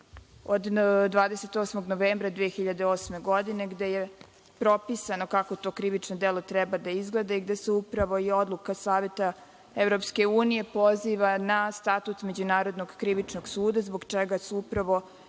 od 28. novembra 2008. godine, gde je propisano kako to krivično delo treba da izgleda i gde se upravo i Odluka Saveta Evropske unije poziva na Statut Međunarodnog krivičnog suda, zbog čega su upravo